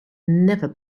never